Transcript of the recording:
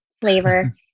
flavor